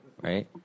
Right